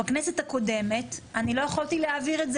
בכנסת הקודמת לא יכולתי להעביר את זה